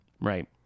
right